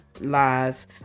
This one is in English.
lies